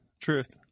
truth